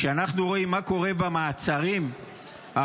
כשאנחנו רואים מה קורה במעצרים האחרונים,